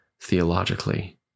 theologically